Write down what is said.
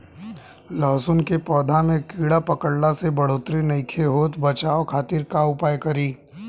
लहसुन के पौधा में कीड़ा पकड़ला से बढ़ोतरी नईखे होत बचाव खातिर का उपाय करी?